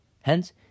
Hence